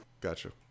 Gotcha